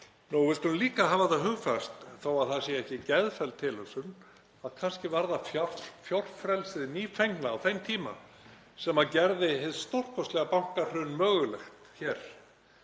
Við skulum líka hafa það hugfast, þó að það sé ekki geðfelld tilhugsun, að kannski var það fjórfrelsið nýfengna á þeim tíma sem gerði hið stórkostlega bankahrun mögulegt hér